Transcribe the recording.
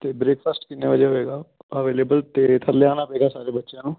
ਅਤੇ ਬ੍ਰੇਕਫਾਸਟ ਕਿੰਨੇ ਵਜੇ ਹੋਏਗਾ ਅਵੇਲੇਬਲ ਅਤੇ ਥੱਲੇ ਆਉਣਾ ਪਵੇਗਾ ਸਾਰੇ ਬੱਚਿਆਂ ਨੂੰ